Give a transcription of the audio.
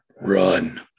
Run